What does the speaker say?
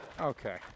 okay